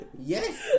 Yes